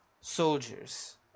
soldiers